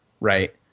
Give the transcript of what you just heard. Right